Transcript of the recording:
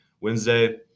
Wednesday